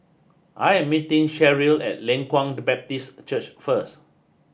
I am meeting Sherrill at Leng Kwang Baptist Church first